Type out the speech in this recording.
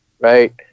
right